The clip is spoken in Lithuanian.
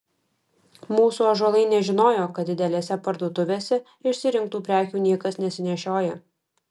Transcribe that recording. mūsų ąžuolai nežinojo kad didelėse parduotuvėse išsirinktų prekių niekas nesinešioja